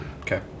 Okay